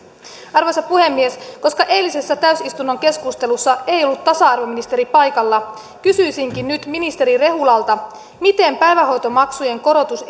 arvoisa puhemies koska eilisessä täysistunnon keskustelussa ei ollut tasa arvoministeri paikalla kysyisinkin nyt ministeri rehulalta miten päivähoitomaksujen korotus